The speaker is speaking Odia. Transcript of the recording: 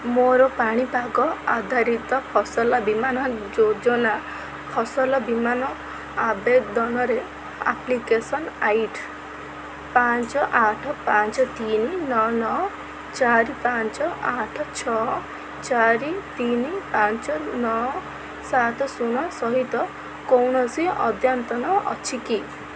ମୋର ପାଣିପାଗ ଆଧାରିତ ଫସଲ ବୀମା ଯୋଜନା ଫସଲ ବୀମା ଆବେଦନରେ ଆପ୍ଲିକେସନ୍ ଆଇ ଡ଼ି ପାଞ୍ଚ ଆଠ ପାଞ୍ଚ ତିନି ନଅ ନଅ ଚାରି ପାଞ୍ଚ ଆଠ ଛଅ ଚାରି ତିନି ପାଞ୍ଚ ନଅ ସାତ ଶୂନ ସହିତ କୌଣସି ଅଦ୍ୟତନ ଅଛି କି